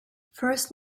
first